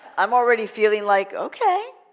i'm already feeling like, okay.